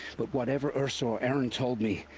but whatever ersa or erend told me.